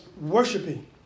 worshiping